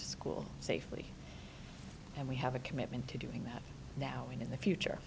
to school safely and we have a commitment to doing that now and in the future